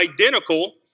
identical